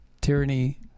Tyranny